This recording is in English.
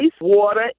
water